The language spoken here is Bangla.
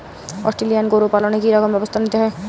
অস্ট্রেলিয়ান গরু পালনে কি রকম ব্যবস্থা নিতে হয়?